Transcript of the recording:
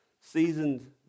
seasoned